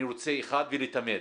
אני רוצה אחת ולתמיד